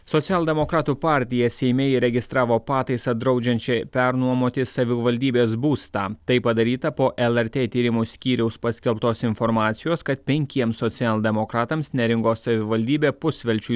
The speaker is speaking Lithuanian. socialdemokratų partija seime įregistravo pataisą draudžiančią pernuomoti savivaldybės būstą tai padaryta po lrt tyrimų skyriaus paskelbtos informacijos kad penkiems socialdemokratams neringos savivaldybė pusvelčiui